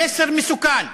המסר מסוכן.